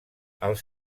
els